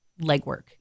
legwork